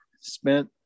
spent